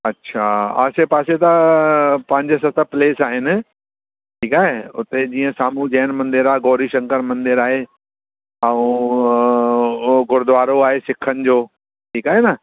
अछा आसे पासे त पंहिंजे सत प्लेस आहिनि ठीकु आहे उते जीअं साम्हूं जैन मंदरु आहे गौरी शंकर मंदरु आहे ऐं हो गुरुद्वारो आहे सिखनि जो ठीकु आहे न